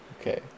okay